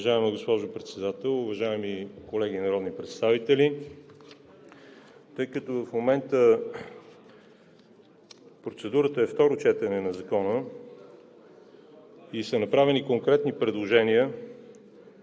Уважаема госпожо Председател, уважаеми колеги народни представители! Тъй като в момента процедурата е второ четене на Закона и са направени конкретни предложения